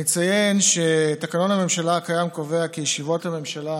אני אציין שתקנון הממשלה הקיים קובע כי ישיבות הממשלה